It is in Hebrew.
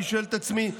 אני שואל את עצמי: